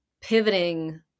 pivoting